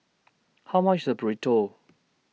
How much IS Burrito